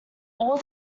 all